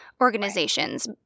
organizations